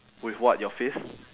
with what your fist